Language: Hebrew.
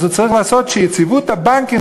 הוא צריך לעשות שיציבות הבנקים,